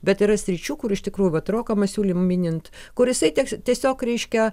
bet yra sričių kur iš tikrųjų vat roką masiulį minint kuris jisai teks tiesiog reiškia